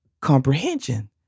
comprehension